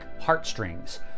heartstrings